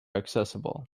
accessible